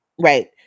Right